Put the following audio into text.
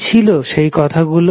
কি ছিল সেই কথা গুলো